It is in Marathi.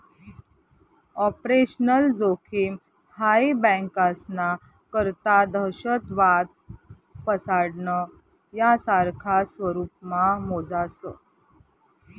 ऑपरेशनल जोखिम हाई बँकास्ना करता दहशतवाद, फसाडणं, यासारखा स्वरुपमा मोजास